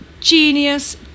genius